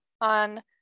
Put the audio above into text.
on